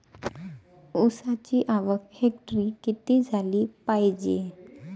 ऊसाची आवक हेक्टरी किती झाली पायजे?